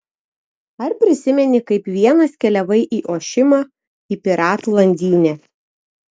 ar prisimeni kaip vienas keliavai į ošimą į piratų landynę